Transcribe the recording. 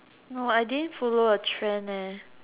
no I didn't follow a trend